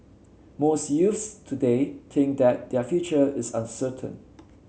most youths today think that their future is uncertain